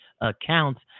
accounts